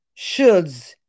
shoulds